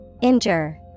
Injure